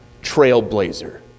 trailblazer